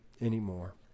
anymore